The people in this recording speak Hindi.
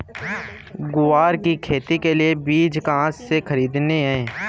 ग्वार की खेती के लिए बीज कहाँ से खरीदने हैं?